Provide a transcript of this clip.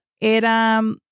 era